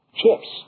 chips